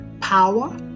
power